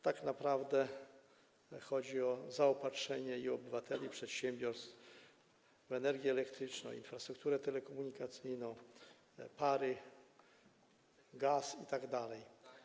Tak naprawdę chodzi o zaopatrzenie obywateli i przedsiębiorstw w energię elektryczną, infrastrukturę telekomunikacyjną, parę, gaz itd.